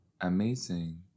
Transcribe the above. Amazing